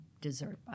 dessert